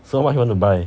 so what you want to buy